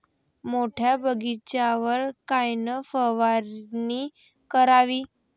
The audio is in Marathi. मोठ्या बगीचावर कायन फवारनी करावी?